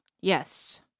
Yes